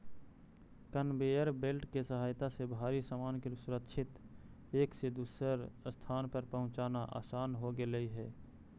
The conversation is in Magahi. कनवेयर बेल्ट के सहायता से भारी सामान के सुरक्षित एक से दूसर स्थान पर पहुँचाना असान हो गेलई हे